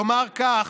לומר כך: